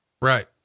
Right